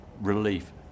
relief